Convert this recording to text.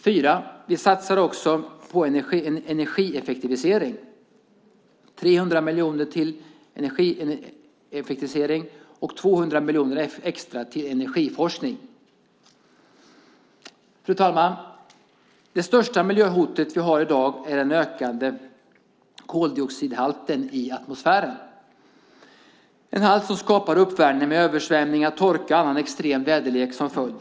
För det fjärde satsar vi också på en energieffektivisering - 300 miljoner till energieffektivisering och 200 miljoner extra till energiforskning. Fru talman! Det största miljöhotet som vi har i dag är den ökande koldioxidhalten i atmosfären som skapar uppvärmning med översvämningar, torka och annan extrem väderlek som följd.